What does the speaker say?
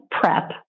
prep